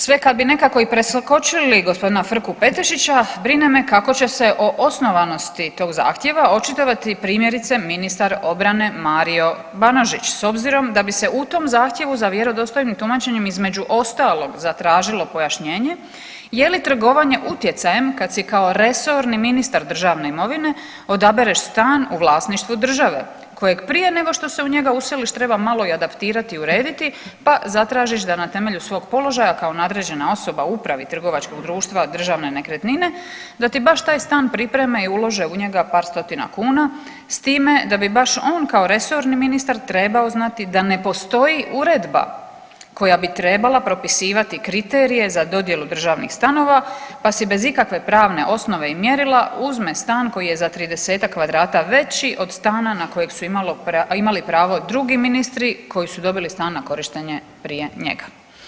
Sve kad bi nekako i preskočili g. Frku Petešića, brine me kako će se o osnovanosti tog zahtjeva očitovati, primjerice, ministar obrane Mario Banožić, s obzirom da bi se u tom zahtjevu za vjerodostojnim tumačenjem, između ostalog, zatražilo pojašnjenje, je li trgovanje utjecajem, kad si kao resorni ministar državne imovine odabereš stan u vlasništvu države kojeg prije nego što se u njega useliš treba malo i adaptirati i urediti, pa zatražiš da na temelju svog položaja kao nadređena osoba u upravi trgovačkog društva Državne nekretnine da ti baš taj stan pripreme i ulože u njega par stotina kuna s time da bi baš on kao resorni ministar trebao znati da ne postoji uredba koja bi trebala propisivati kriterije za dodjelu državnih stanova, pa se bez ikakve pravne osnove i mjerila uzme stan koji je za 30-tak kvadrata veći od stana na kojeg su imali pravo drugi ministri koji su dobili stan na korištenje prije njega.